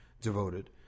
devoted